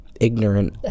ignorant